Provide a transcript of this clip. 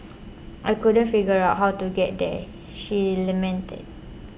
I couldn't figure out how to get there she lamented